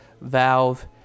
valve